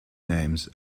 names